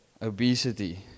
obesity